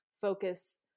focus